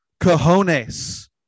cojones